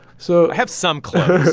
so. i have some clothes.